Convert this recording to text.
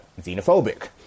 xenophobic